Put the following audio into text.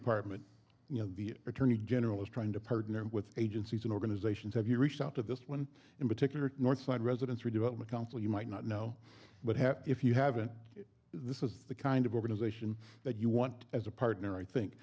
department you know the attorney general is trying to partner with agencies and organizations have you reached out to this one in particular northside residents redevelopment council you might not know but have if you haven't this is the kind of organization that you want as a partner i think